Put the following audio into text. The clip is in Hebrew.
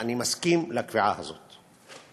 ואני מסכים לקביעה הזאת.